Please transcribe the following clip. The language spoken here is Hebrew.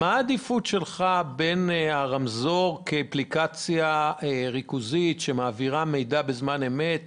מה העדיפות שלך בין הרמזור כאפליקציה ריכוזית שמעבירה מידע בזמן אמרת